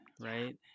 right